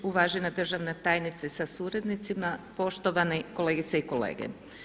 Uvažena državna tajnice sa suradnicima, poštovane kolegice i kolege.